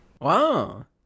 Wow